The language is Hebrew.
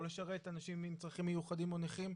לשרת אנשים עם צרכים מיוחדים או נכים,